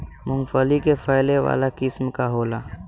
मूँगफली के फैले वाला किस्म का होला?